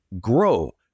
grow